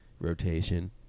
rotation